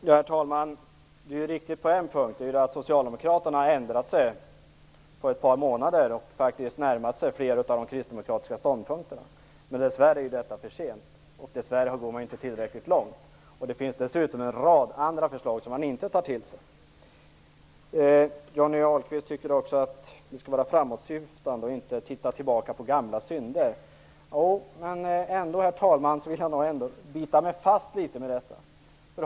Herr talman! Socialdemokraterna har ju ändrat sig på ett par månader och närmat sig flera av de kristdemokratiska ståndpunkterna. Dessvärre är detta försent, och dessvärre går man inte tillräckligt långt. Det finns dessutom en rad andra förslag som man inte tar till sig. Johnny Ahlqvist tycker också att vi skall vara framåtsyftande och inte titta tillbaka på gamla synder. Men jag vill nog ändå bita mig fast vid dessa.